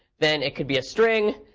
then, it could be a string.